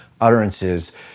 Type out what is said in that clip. utterances